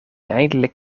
eindelijk